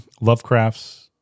lovecraft's